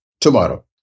tomorrow